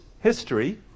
history